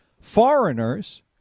foreigners